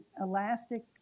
elastic